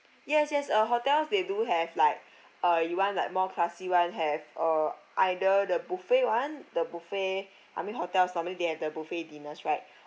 yes yes uh hotels they do have like uh you want like more classy one have uh either the buffet one the buffet I mean hotels normally they have the buffet dinners right